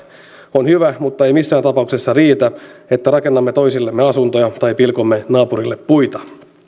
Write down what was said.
on hyvä mutta ei missään tapauksessa riitä että rakennamme toisillemme asuntoja tai pilkomme naapurille puita